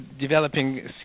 developing